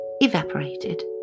evaporated